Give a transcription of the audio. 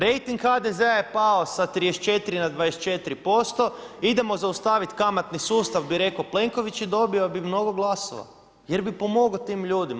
Rejting HDZ je pao sa 34 na 24%, idemo zaustaviti kamatni sustav bi rekao Plenković i dobio bi mnogo glasova jer bi pomogao tim ljudima.